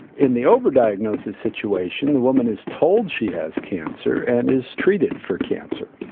in the over-diagnosis situation the woman is told she has cancer and is treated for cancer.